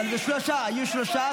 שלושה, היו שלושה.